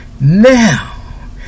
Now